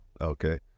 okay